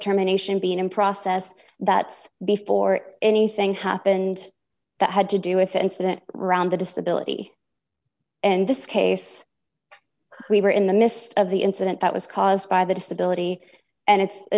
terminations being in process that before anything happened that had to do with the incident round the disability and this case we were in the midst of the incident that was caused by the disability and it's a